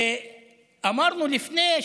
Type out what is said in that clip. ואמרנו לפני,